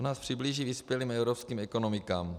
To nás přiblíží vyspělým evropským ekonomikám.